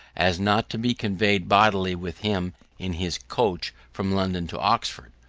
as not to be conveyed bodily with him in his coach from london to oxford.